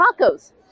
tacos